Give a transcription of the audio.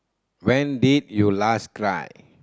when did you last cry